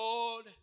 Lord